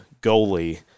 goalie